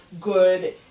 good